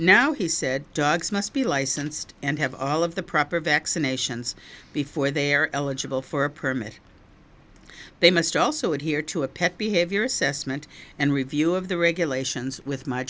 now he said dogs must be licensed and have all of the proper vaccinations before they are eligible for a permit they must also add here to a pet behavior assessment and review of the regulations with my